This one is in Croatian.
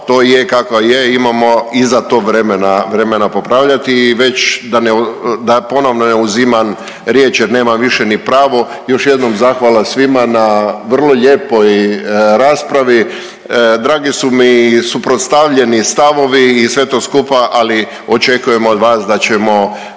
to je kako je. Imamo i za to vremena popravljati i već da ponovno ne uzimam riječ jer nemam više ni pravo. Još jednom zahvala svima na vrlo lijepoj raspravi. Dragi su mi suprotstavljeni stavovi i sve to skupa, ali očekujemo od vas da ćemo